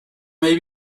may